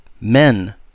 men